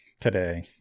today